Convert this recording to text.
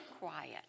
quiet